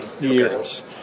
years